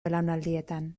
belaunaldietan